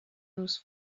روز